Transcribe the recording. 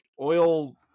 oil